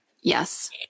yes